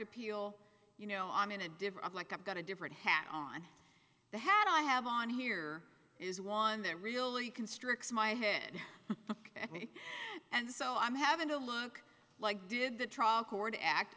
appeal you know i'm in a different like i've got a different hat on the hat i have on here is one that really constricts my head and so i'm having to look like did the trial court act